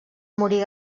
morir